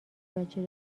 بچه